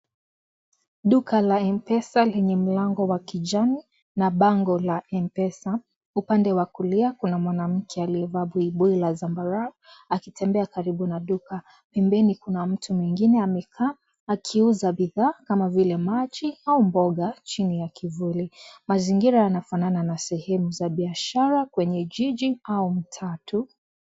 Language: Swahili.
Duka la Mpesa lenye mlango wa kijani na bango la Mpesa upande wa kulia kuna mwanamke aliyevaa buibui la sambarau akitembea karibu na duka pembeni kuna mtu mwingine amekaa akiuza bidhaa zingine kama vile maji au mboga chini ya kivuli, mazingira yanafanana na sehemu za biashara kwenye jiji au mtaa tu.